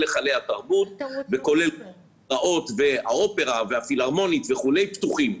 היכלי התרבות וכולל האופרה והפילהרמונית וכו' פתוחים.